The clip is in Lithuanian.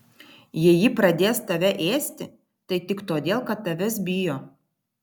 jei ji pradės tave ėsti tai tik todėl kad tavęs bijo